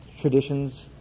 traditions